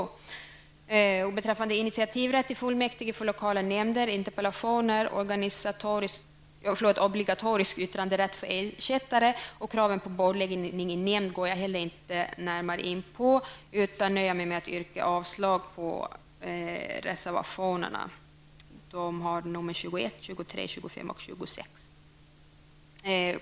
Jag tänker inte närmare gå in på initiativrätt i fullmäktige för lokala nämnder, interpellationer, obligatorisk yttranderätt för ersättare och kraven på bordläggning i nämnd, utan jag nöjer mig med att yrka avslag på reservationerna 21, 23, 25 och 26.